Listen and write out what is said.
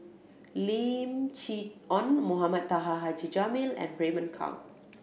Lim Chee Onn Mohamed Taha Haji Jamil and Raymond Kang